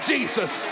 Jesus